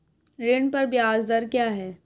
ऋण पर ब्याज दर क्या है?